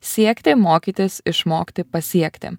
siekti mokytis išmokti pasiekti